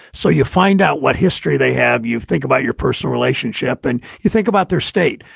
so you find out what history they have. you think about your personal relationship and you think about their state.